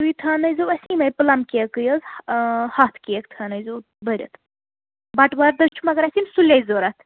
تُہۍ تھاونٲے زیٚو اَسہِ یِمٕے پٕلَم کیکٕے حظ ہَتھ کیک تھاونٲے زیٚو بٔرِتھ بَٹہٕ وارِ دۄہ چھِ مگر اَسہِ یِم سُلے ضوٚرَتھ